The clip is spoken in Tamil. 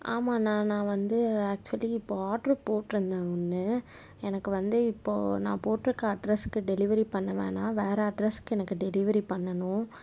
ஆமாண்ணா நான் வந்து ஆக்சுவலி இப்போ ஆடரு போட்டிருந்தேன் ஒன்று எனக்கு வந்து இப்போது நான் போட்டிருக்க அட்ரஸுக்கு டெலிவரி பண்ண வேணாம் வேறு அட்ரஸுக்கு எனக்கு டெலிவரி பண்ணனும்